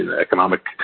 economic